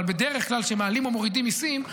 אבל בדרך כלל כשמעלים או מורידים מיסים,